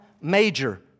major